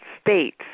states